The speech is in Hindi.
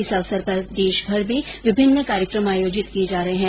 इस अवसर पर देशभर में विभिन्न कार्यक्रम आयोजित किए जा रहे हैं